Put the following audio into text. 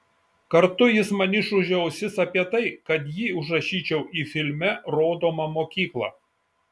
kartu jis man išūžė ausis apie tai kad jį užrašyčiau į filme rodomą mokyklą